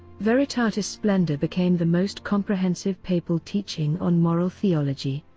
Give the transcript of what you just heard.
veritatis splendor became the most comprehensive papal teaching on moral theology.